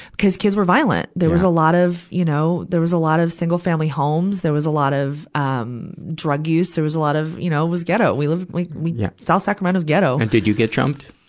cuz kids were violent. there was a lot of, you know, there was a lot of single-family homes. there was a lot of, um, drug use. there was a lot of, you know, it was ghetto. we lived, we, we yeah south sacramento's ghetto. and did you get jumped.